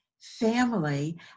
family